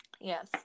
yes